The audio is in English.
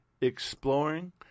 exploring